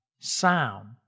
sound